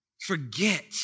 forget